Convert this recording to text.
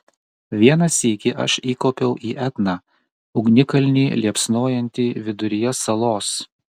vieną sykį aš įkopiau į etną ugnikalnį liepsnojantį viduryje salos